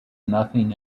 nothing